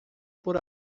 por